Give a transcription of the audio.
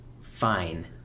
fine